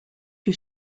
que